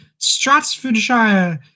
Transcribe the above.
Stratfordshire